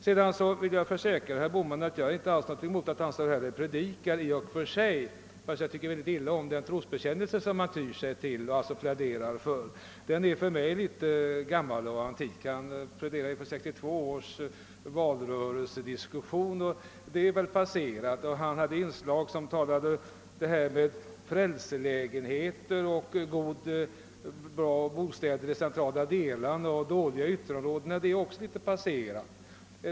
Vidare vill jag försäkra herr Bohman att jag i och för sig inte alls har någon ting emot att han står här och »predikar», fastän jag tycker mycket illa om den trosbekännelse som han pläderar för. Den är för mig litet gammal och antik. Han pläderar ur 1962 års valrörelsediskussion, och det är väl någonting passerat. Han hade ett inslag i sitt anförande om frälselägenheter och bra bostäder i centrala delar och dåliga i ytterområdena. Det är också någonting passerat.